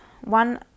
one